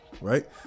right